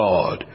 God